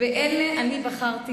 באלה אני בחרתי